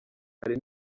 hari